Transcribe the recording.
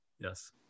yes